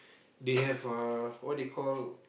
they have a what they call